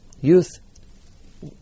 youth